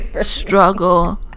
struggle